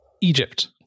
Egypt